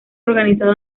organizado